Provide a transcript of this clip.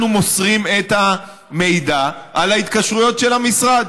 מוסרים את המידע על ההתקשרויות של המשרד.